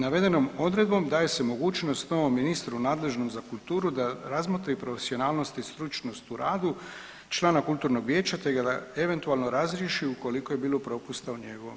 Navedenom odredbom daje se mogućnost novom ministru nadležnom za kulturu da razmotri profesionalnost i stručnost u radu člana kulturnog vijeća te da ga eventualno razriješi ukoliko je bilo propusta u njegovom radu.